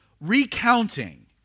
recounting